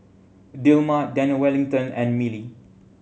Dilmah Daniel Wellington and Mili